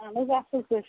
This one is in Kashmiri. اہن حظ اَصٕل پٲٹھۍ